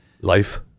Life